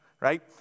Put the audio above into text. right